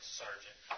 sergeant